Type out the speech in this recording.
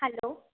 hello